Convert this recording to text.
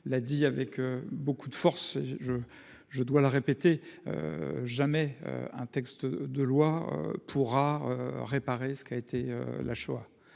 L'dit avec beaucoup de force. Je je je dois le répéter. Jamais un texte de loi pourra. Réparer ce qui a été la Shoah.